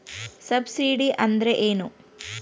Subsidy ಅಂದ್ರೆ ಏನು?